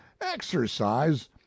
exercise